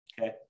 Okay